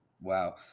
Wow